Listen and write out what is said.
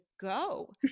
go